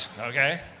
okay